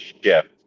shift